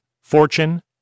Fortune